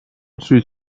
سویت